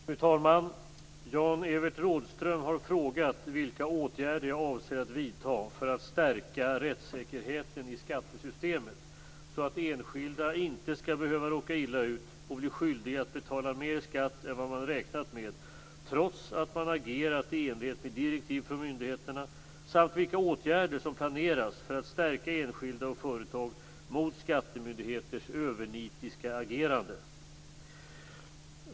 Fru talman! Jan-Evert Rådhström har frågat vilka åtgärder jag avser att vidta för att stärka rättssäkerheten i skattesystemet så att enskilda inte skall behöva råka illa ut och bli skyldiga att betala mer skatt än vad man räknat med, trots att man agerat i enlighet med direktiv från myndigheterna, samt vilka åtgärder som planeras för att stärka enskilda och företag mot skattemyndigheters övernitiska agerande.